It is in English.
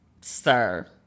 sir